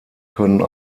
können